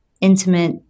intimate